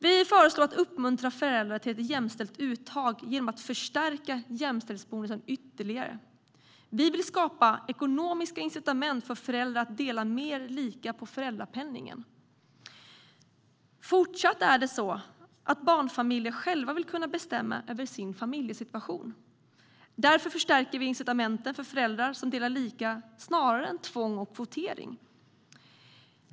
Vi föreslår att man ska uppmuntra föräldrar till ett jämställt uttag genom att förstärka jämställdhetsbonusen ytterligare. Vi vill skapa ekonomiska incitament för föräldrar att dela mer lika på föräldrapenningen. Barnfamiljer vill även fortsatt själva kunna bestämma över sin familjesituation. Därför förstärker vi incitamenten för föräldrar som delar lika snarare än använder oss av tvång och kvotering.